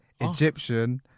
Egyptian